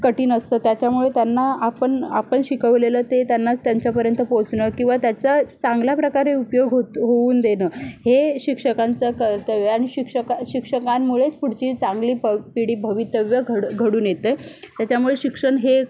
कठीण असतं त्याच्यामुळे त्यांना आपण आपण शिकवलेलं ते त्यांना त्यांच्यापर्यंत पोचणं किंवा त्याचं चांगल्या प्रकारे उपयोग होतो होऊन देणं हे शिक्षकांचं कर्तव्य आहे आणि शिक्षका शिक्षकांमुळेच पुढची चांगली प पिढी भवितव्य घड घडून येतं आहे त्याच्यामुळे शिक्षण हे